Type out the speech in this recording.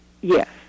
Yes